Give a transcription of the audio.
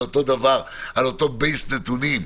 על אותו מסד נתונים.